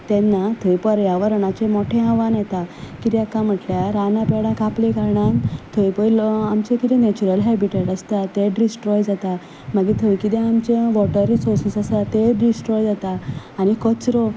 तेन्ना थंय पर्यावरणाचें मोठें आव्हान येता कित्याक कांय म्हटल्यार रानां पेडां कापलीं कारणान थंय पळय जो आमचें जो कितें नॅचरल हॅबिटेट आसता तें डिस्ट्रॉय जाता मागीर थंय कितें आमचें वॉटर रिसोर्सीस आसा ते डिस्ट्रॉय जाता आनी कचरो